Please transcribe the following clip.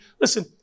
Listen